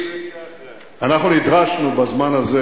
אנחנו נדרשנו בזמן הזה,